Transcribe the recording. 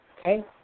Okay